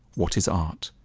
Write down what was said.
what is art?